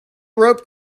rope